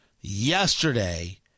yesterday